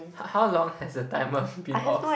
how how long has the timer been off